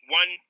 one